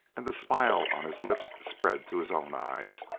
and the smile on his lips spread to his own eyes,